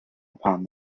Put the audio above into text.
upon